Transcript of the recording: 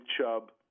Chubb